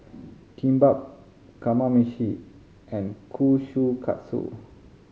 Kimbap Kamameshi and Kushikatsu